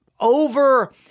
over